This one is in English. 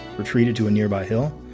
retreated to a nearby hill,